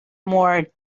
more